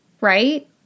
Right